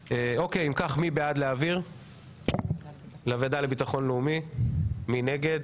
מי בעד להעביר לוועדה לביטחון לאומי, מי נגד,